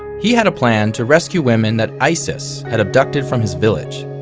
he had a plan to rescue women that isis had abducted from his village.